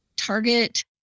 Target